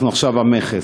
אנחנו עכשיו במכס.